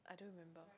I don't remember